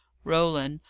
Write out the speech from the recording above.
roland,